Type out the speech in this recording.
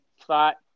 thought